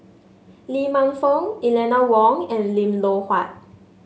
Lee Man Fong Eleanor Wong and Lim Loh Huat